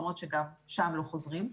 למרות שגם שם לא חוזרים.